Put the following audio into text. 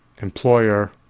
employer